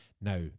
Now